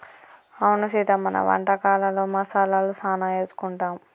అవును సీత మన వంటకాలలో మసాలాలు సానా ఏసుకుంటాం